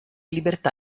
libertà